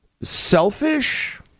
selfish